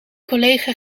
collega